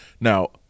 Now